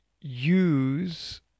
use